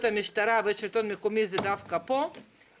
המשטרה והשלטון המקומי היא ועדת הפנים